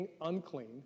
unclean